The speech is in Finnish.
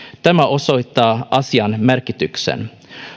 tämä osoittaa asian merkityksen